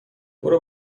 برو